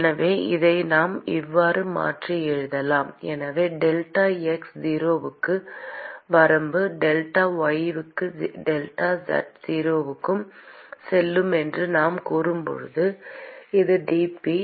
எனவே இதை நாம் இவ்வாறு மாற்றி எழுதலாம் எனவே டெல்டா x 0 க்கு வரம்பு டெல்டா y 0 க்கும் டெல்டா z 0 க்கும் செல்லும் என்று நான் கூறும்போது இதை dq by